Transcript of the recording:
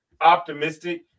optimistic